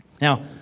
Now